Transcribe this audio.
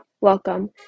Welcome